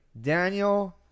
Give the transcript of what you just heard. Daniel